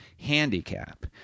handicap